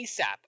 ASAP